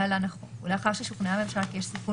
התש"ף-2020 (להלן החוק) ולאחר ששוכנעה הממשלה כי יש סיכון